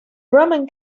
roman